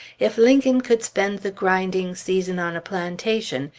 if lincoln could spend the grinding season on a plantation,